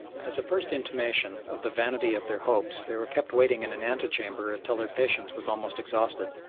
as a first intimation of the vanity of their hopes they were kept waiting in an ante-chamber until their patience was almost exhausted.